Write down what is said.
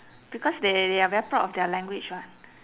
because they they are very proud of their language [what]